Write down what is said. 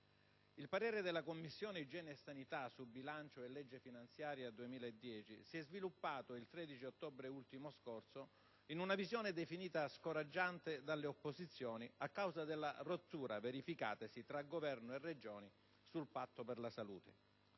Il parere della Commissione igiene e sanità sui disegni di legge di bilancio e finanziaria per il 2010 si è sviluppato, il 13 ottobre scorso, in una visione definita scoraggiante dalle opposizioni, a causa della rottura verificatasi tra Governo e Regioni sul Patto per la salute.